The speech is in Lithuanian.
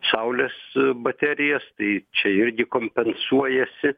saulės baterijas tai čia irgi kompensuojasi